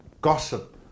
gossip